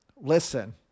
listen